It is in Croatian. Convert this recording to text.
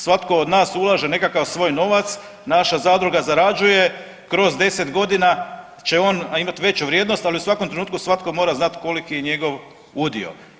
Svatko od nas ulaže nekakav svoj novac, naša zadruga zarađuje, kroz 10 godina će ona imati veću vrijednost, ali u svakom trenutku svatko mora znati koliki je njegov udio.